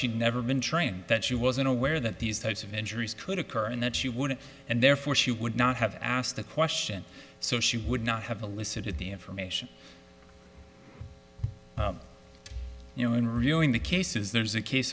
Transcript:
she never been trained that she wasn't aware that these types of injuries could occur and that she wouldn't and therefore she would not have asked the question so she would not have a listen to the information you know in real in the cases there's a case